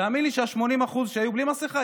תאמין לי שה-80% שהיו בלי מסכה,